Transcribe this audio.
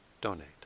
donate